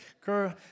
Girl